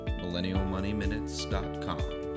MillennialMoneyMinutes.com